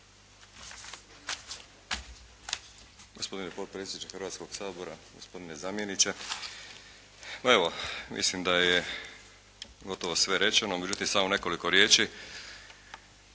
Hrvatskoga sabora, gospodine zamjeniče. Pa evo mislim da je gotovo sve rečeno, međutim samo nekoliko riječi